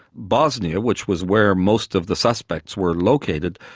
bosnia, which was where most of the suspects were located,